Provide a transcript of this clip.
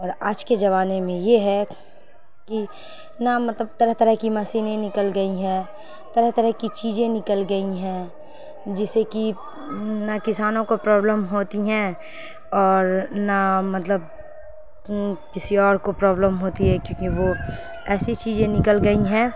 اور آج کے زمانے میں یہ ہے کہ نہ مطلب طرح طرح کی مشینیں نکل گئی ہیں طرح طرح کی چیزیں نکل گئی ہیں جیسے کہ نہ کسانوں کو پرابلم ہوتی ہیں اور نہ مطلب کسی اور کو پرابلم ہوتی ہے کیونکہ وہ ایسی چیزیں نکل گئی ہیں